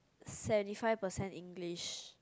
seventy five percent English